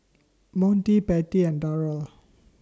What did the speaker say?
Monty Patty and Darold